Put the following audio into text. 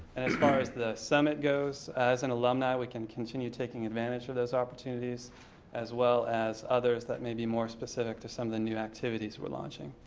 and as far as the summit goes, as an alumni we can continue taking advantage of those opportunities as well as others that may be more specific to some of the new activities we're launching.